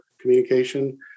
communication